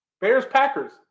Bears-Packers